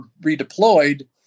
redeployed